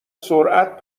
سرعت